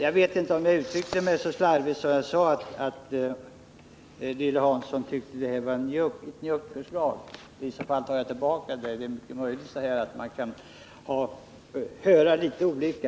Jag vet inte om jag uttryckte mig så slarvigt att Lilly Hansson kunde få uppfattningen att jag menar att hon anser att det är fråga om ett njuggt förslag. I så fall tar jag tillbaka vad jag sagt. Det är också möjligt att man kan höra litet olika.